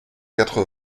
quatre